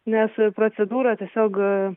nes procedūra tiesiog